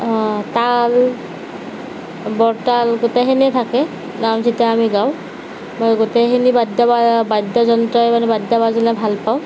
তাল বৰতাল গোটেইখিনিয়ে থাকে নাম যেতিয়া আমি গাওঁ মই গোটেইখিনি বাদ্য আ বাদ্যযন্ত্ৰ মানে বাদ্য বাজনা ভাল পাওঁ